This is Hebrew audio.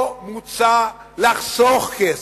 פה מוצע לחסוך כסף.